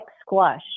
squash